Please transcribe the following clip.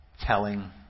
telling